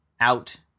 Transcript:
out